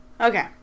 Okay